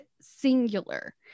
singular